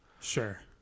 Sure